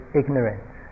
ignorance